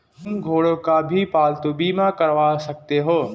तुम घोड़ों का भी पालतू बीमा करवा सकते हो